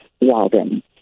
Walden